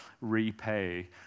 repay